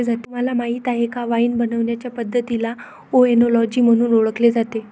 तुम्हाला माहीत आहे का वाइन बनवण्याचे पद्धतीला ओएनोलॉजी म्हणून ओळखले जाते